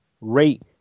rate